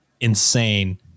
insane